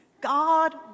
God